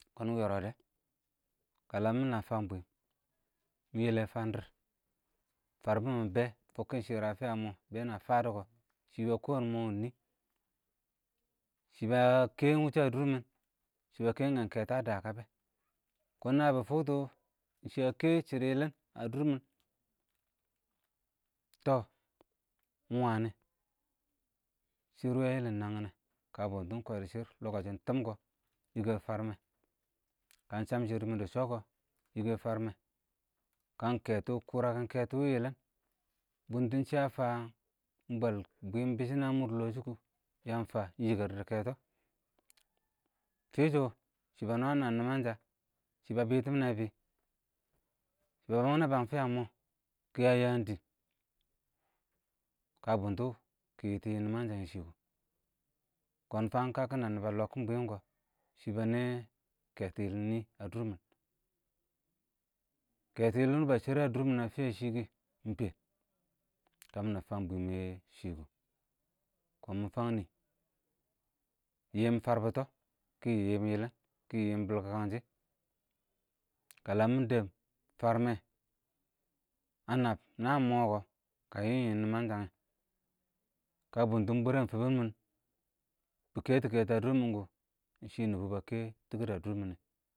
kɔɔn wɪɪ yɔrɔdɛ, kə ləm nə fəng bwɪm nɪ yɪlɛ fən dɪɪr, fərbɪnmɪn bɛɛ fʊkkɪn shɪrr ə fɪyə mɔɔ bɛ nə fədɔ kɔ, shɪ bə kɔɔn mɔ ɪng nɪɪ? shɪ bəkɛɛn wʊshɔ ə dʊrmɪn, shɪ bə kɛɛn-kɛɛn kɛto ə dəbɔ kɛ, kɔɔn nə bɪ fʊktiʊ shɪ ə kɛ shɪdo yɪlɪn ə dʊrmɪn tɔ, wane shɪrr ə yɛlɛn wənghɪ, kə bɪ dʊb kɔrshɪn lɔkəcɪn tɪɪm kɔ, yɪɪkɛ fərmɛ, kə ɪng kɛtɪn ɪng kʊrə kɪ wɪ yɪlɪn, bʊntɪn shɪ ə fəə, ɪng bwəl bwɪm bɪshɪn ə mʊr lɔɔ shɪ kɔ, yəən fə ɪng yɪkɛr dɪ kɛtɔ, fɪ shɔ shɪ bə nwən-nwən nɪmənshə, shɪ bə bɛtɪ mɪne bɪ, shɪ bə bəng mɪnɛ bɛɛn fɪyə mɔɔ, kɪyə yəəm dɪɪn, kə bʊntʊ kɪ dɪ yɪ yɪɪm yɪləngshən yɛ shɪ, kɔɔn fəən kə kɪna nɪbə lɔghɪn bwɪm kɔ, shɪ bə nɛ kɛtɪ yɪlɪn nɪ ə dʊr mɪn, kɛtɪ yɪlɪn bə shərɪ ə dʊrmɪn ə fɪyə shɪ kɪ ɪng bɛɛn kə mɪ nəbb fəng bwɪm yɛ shɪ kʊ, kɔɔm mɪ fəng nɪɪ, yɪɪm fərbʊtɔ, kɪyɪ nɪbɪ yɪlɪn, kɪyɪ yɪɪn bʊlkʊkəng shɪ, kələn bɪ dɛb fərmɛ, ə nəbb nən mɔɔ kɔ kəyɪ yɪɪm yɪləngshə yɛ, kə bʊttʊn bwɛrɛn fɪbɪn mɪn bɪ kɛtɪ kɛtɔ ə dʊrmɪn kɔ, ɪng shɪ nɪ bɔ bə kɛ tɪkɪr ə dʊrmɪn yɛ.